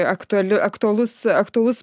aktuali aktualus aktualus